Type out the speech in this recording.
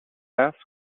asked